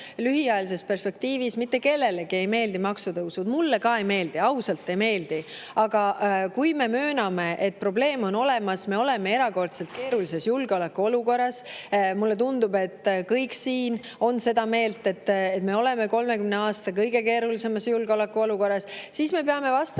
lühiajalises perspektiivis. Mitte kellelegi ei meeldi maksutõusud, mulle ka ei meeldi, ausalt ei meeldi. Aga kui me mööname, et probleem on olemas ja et me oleme erakordselt keerulises julgeolekuolukorras – mulle tundub, et kõik siin on seda meelt, et me oleme 30 aasta kõige keerulisemas julgeolekuolukorras –, siis me peame vastama